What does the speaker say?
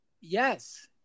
Yes